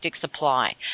supply